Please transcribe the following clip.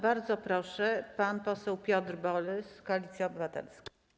Bardzo proszę, pan poseł Piotr Borys, Koalicja Obywatelska.